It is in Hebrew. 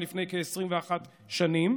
לפני כ-21 שנים,